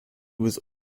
was